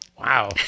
wow